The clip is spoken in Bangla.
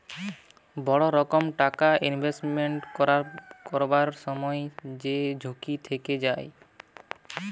বড় রকম টাকা ইনভেস্টমেন্ট করবার সময় যেই ঝুঁকি থেকে যায়